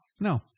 No